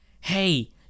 hey